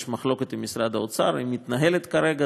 יש מחלוקת עם משרד האוצר, והיא מתנהלת כרגע.